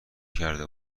کرده